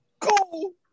cool